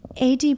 AD